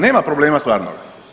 Nema problema stvarnog.